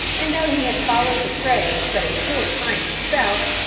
and though he had followed the trade but a short time himself,